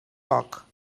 poc